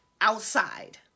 outside